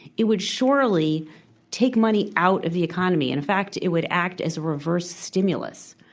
it would surely take money out of the economy. in fact, it would act as a reverse stimulus.